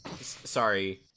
sorry